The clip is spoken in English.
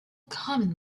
common